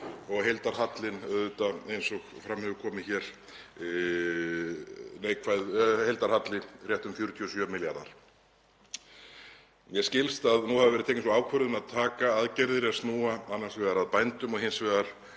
og heildarhallinn, eins og fram hefur komið hér, rétt um 47 milljarðar. Mér skilst að nú hafir verið tekin sú ákvörðun að taka aðgerðir er snúa annars vegar að bændum og hins vegar